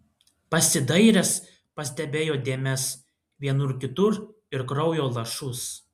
pasidairęs pastebėjo dėmes vienur kitur ir kraujo lašus